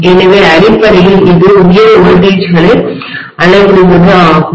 எனவே அடிப்படையில் இது உயர் மின்னழுத்தங்களை வோல்டேஜ்களை அளவிடுவது ஆகும்